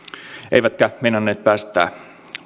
eivätkä meinanneet päästää minua